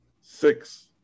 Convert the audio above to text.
Six